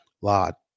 lot